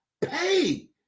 pay